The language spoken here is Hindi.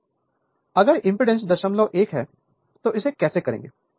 लेकिन अगर इंपेडेंस 010 है तो इसे कैसे करेंगे